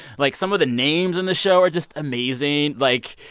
like, some of the names on the show are just amazing. like,